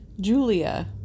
Julia